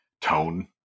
tone